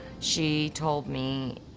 she told me,